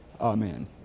Amen